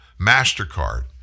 MasterCard